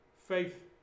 faith